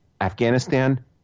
Afghanistan